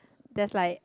that's like